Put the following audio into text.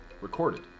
recorded